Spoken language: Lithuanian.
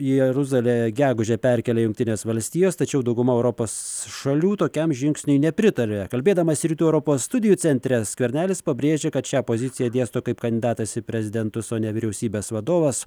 į jeruzalę gegužę perkėlė jungtinės valstijos tačiau dauguma europos šalių tokiam žingsniui nepritaria kalbėdamas rytų europos studijų centre skvernelis pabrėžė kad šią poziciją dėsto kaip kandidatas į prezidentus o ne vyriausybės vadovas